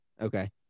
Okay